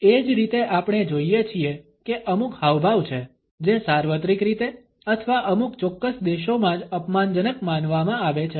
એ જ રીતે આપણે જોઇએ છીએ કે અમુક હાવભાવ છે જે સાર્વત્રિક રીતે અથવા અમુક ચોક્કસ દેશોમાં જ અપમાનજનક માનવામાં આવે છે